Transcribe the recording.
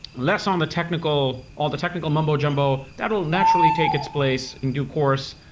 less on the technical, all the technical mumbo jumbo. that'll naturally take its place in due course.